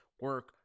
Work